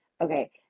Okay